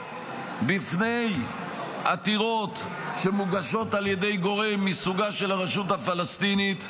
בפני עתירות שמוגשות על ידי גורם מסוגה של הרשות הפלסטינית,